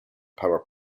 power